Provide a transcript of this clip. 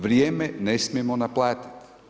Vrijeme ne smijemo naplatiti.